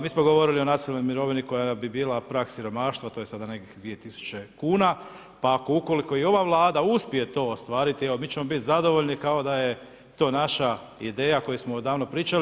Mi smo govorili o nacionalnoj mirovini koja bi bila prag siromaštva, to je sad nekih 2000 kuna pa ukoliko i ova Vlada uspije to ostvariti mi ćemo biti zadovoljni kao da je to naša ideja koju smo odavno pričali.